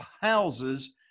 houses